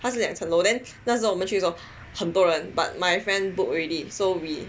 它是两层楼 then 那时候我们去的时候很多人 but my friend book already so we